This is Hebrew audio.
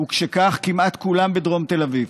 ומשכך, כמעט כולם בדרום תל אביב.